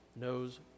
knows